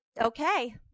okay